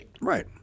Right